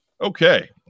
Okay